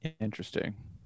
Interesting